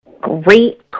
Great